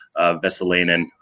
Veselainen